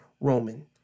Roman